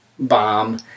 bomb